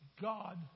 God